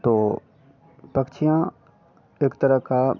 तो पक्षियाँ एक तरह का